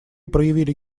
проявили